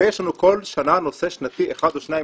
ויש לנו כל שנה נושא שנתי אחד או שניים,